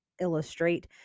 illustrate